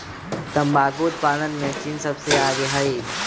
तंबाकू उत्पादन में चीन सबसे आगे हई